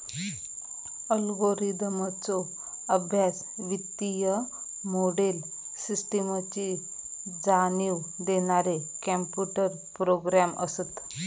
अल्गोरिदमचो अभ्यास, वित्तीय मोडेल, सिस्टमची जाणीव देणारे कॉम्प्युटर प्रोग्रॅम असत